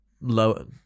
low